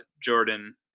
Jordan